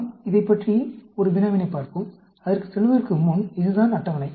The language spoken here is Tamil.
நாம் இதைப் பற்றி ஒரு வினாவினைப் பார்ப்போம் அதற்குச் செல்வதற்கு முன் இதுதான் அட்டவணை